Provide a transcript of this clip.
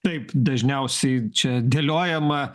taip dažniausiai čia dėliojama